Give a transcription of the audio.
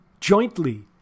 jointly